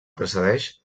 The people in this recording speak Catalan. precedeix